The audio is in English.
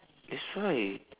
that's why